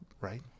right